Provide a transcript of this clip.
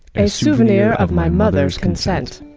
a souvenir of my mother's consent.